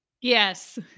Yes